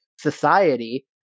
society